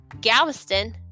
Galveston